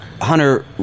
Hunter